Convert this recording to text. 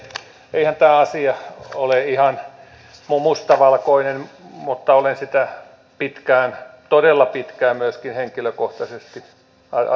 eihän tämä asia ole ihan mustavalkoinen mutta olen sitä todella pitkään myöskin henkilökohtaisesti arvioinut